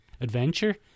adventure